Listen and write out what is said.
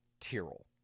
Tyrol